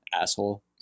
Asshole